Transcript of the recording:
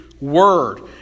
word